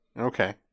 Okay